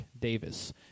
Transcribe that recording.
davis